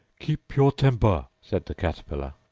keep your temper said the caterpillar.